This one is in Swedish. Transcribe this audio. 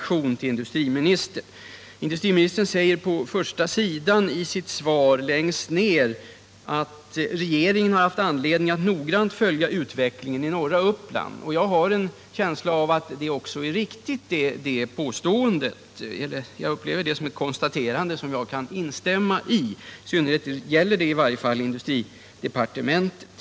Industriministern säger på första sidan i sitt svar: ”Regeringen har haft anledning att noggrant följa utvecklingen i norra Uppland.” Jag har en känsla av att det påståendet också är riktigt; jag upplever det som ett konstaterande som jag kan instämma i. Det gäller i varje fall industridepartementet.